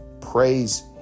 Praise